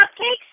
cupcakes